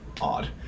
odd